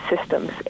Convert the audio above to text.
systems